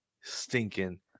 stinking